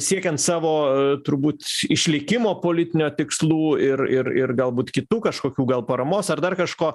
siekiant savo turbūt išlikimo politinio tikslų ir ir ir galbūt kitų kažkokių gal paramos ar dar kažko